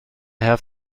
have